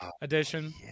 edition